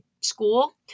school